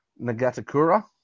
Nagatakura